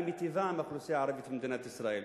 היא מיטיבה עם האוכלוסייה הערבית במדינת ישראל.